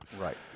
Right